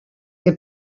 que